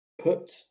put